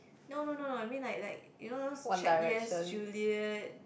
no no no no I mean like like you know those Check-Yes-Juliet